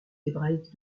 hébraïque